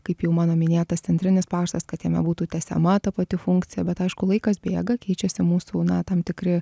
kaip jau mano minėtas centrinis paštas kad jame būtų tęsiama ta pati funkcija bet aišku laikas bėga keičiasi mūsų na tam tikri